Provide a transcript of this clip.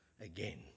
Again